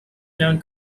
known